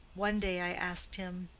one day i asked him,